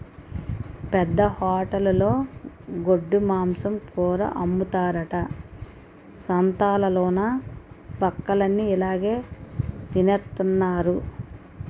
పెద్ద హోటలులో గొడ్డుమాంసం కూర అమ్ముతారట సంతాలలోన బక్కలన్ని ఇలాగె తినెత్తన్నారు